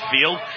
field